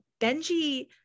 Benji